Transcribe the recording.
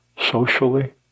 socially